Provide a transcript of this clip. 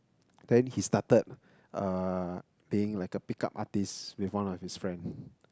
then he started uh being like a pick up artist with one of his friend